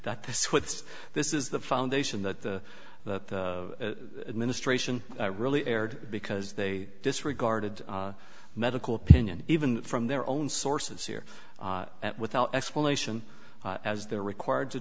that this what's this is the foundation that the administration really erred because they disregarded medical opinion even from their own sources here at without explanation as they're required to